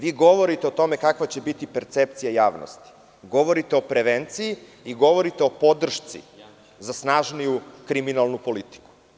Vi govorite o tome kakva će biti percepcija javnosti, govorite o prevenciji i govorite o podršci za snažniju kriminalnu politiku.